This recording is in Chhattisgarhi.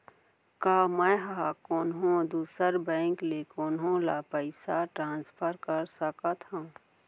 का मै हा कोनहो दुसर बैंक ले कोनहो ला पईसा ट्रांसफर कर सकत हव?